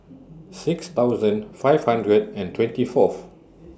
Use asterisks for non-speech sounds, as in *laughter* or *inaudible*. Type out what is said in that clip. *noise* six thousand five hundred and twenty Fourth